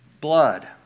blood